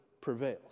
prevails